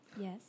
Yes